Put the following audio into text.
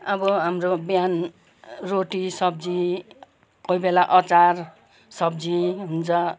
अब हाम्रो बिहान रोटी सब्जी कोही बेला अचार सब्जी हुन्छ